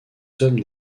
hommes